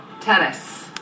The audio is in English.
Tennis